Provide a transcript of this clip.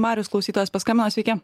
marius klausytojas paskambino sveiki